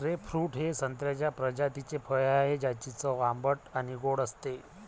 grapefruit हे संत्र्याच्या प्रजातीचे फळ आहे, ज्याची चव आंबट आणि गोड असते